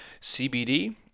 cbd